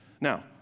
Now